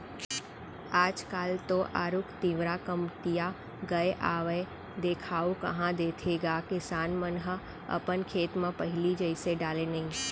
आज काल तो आरूग तिंवरा कमतिया गय हावय देखाउ कहॉं देथे गा किसान मन ह अपन खेत म पहिली जइसे डाले नइ